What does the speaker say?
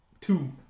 Two